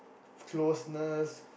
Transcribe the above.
closeness